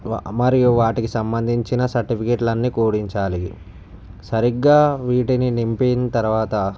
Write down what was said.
మ మరియు వాటికి సంబంధించిన సర్టిఫికెట్లు అన్నీ కూడించాలి సరిగా వీటిని నింపిన తరువాత